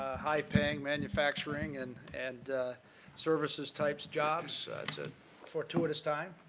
ah high paying manufacturing, and and services types jobs. it's a fortuitous time.